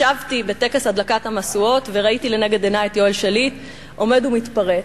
ישבתי בטקס הדלקת המשואות וראיתי לנגד עיני את יואל שליט עומד ומתפרץ.